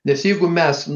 nes jeigu mes